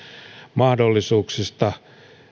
mahdollisuuksista